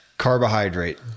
Carbohydrate